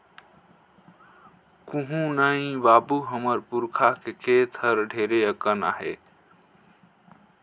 कुहू नइ बाबू, हमर पुरखा के खेत हर ढेरे अकन आहे